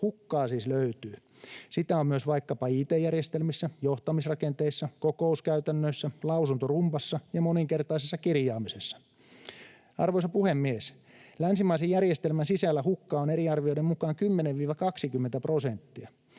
Hukkaa siis löytyy. Sitä on myös vaikkapa it-järjestelmissä, johtamisrakenteissa, kokouskäytännöissä, lausuntorumbassa ja moninkertaisessa kirjaamisessa. Arvoisa puhemies! Länsimaisen järjestelmän sisällä hukkaa on eri arvioiden mukaan 10—20 prosenttia.